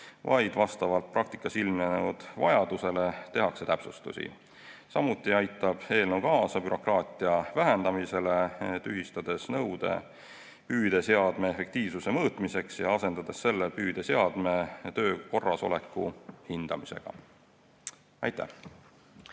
vaid vastavalt praktikas ilmnenud vajadusele tehakse täpsustusi. Samuti aitab eelnõu kaasa bürokraatia vähendamisele, tühistades nõude püüdeseadme efektiivsuse mõõtmiseks ja asendades selle püüdeseadme töö korrasoleku hindamisega. Aitäh!